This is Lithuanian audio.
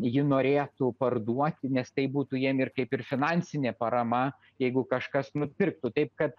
ji norėtų parduoti nes tai būtų jiem ir kaip ir finansinė parama jeigu kažkas nupirktų taip kad